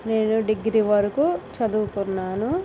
నేను డిగ్రీ వరకు చదువుకున్నాను